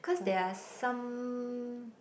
cause there are some